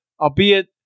albeit